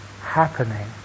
happening